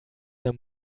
der